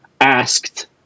asked